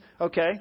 okay